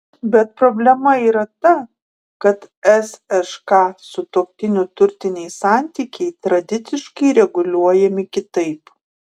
bet problema yra ta kad sšk sutuoktinių turtiniai santykiai tradiciškai reguliuojami kitaip